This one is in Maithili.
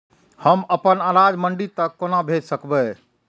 हम अपन अनाज मंडी तक कोना भेज सकबै?